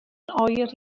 oer